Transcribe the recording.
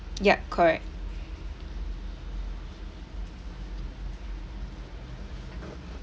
yup correct